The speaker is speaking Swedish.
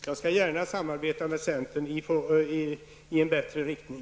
Jag skall gärna samarbeta med centern i en bättre riktning.